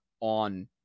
on